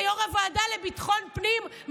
כיו"ר הוועדה לביטחון הפנים,